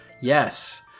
Yes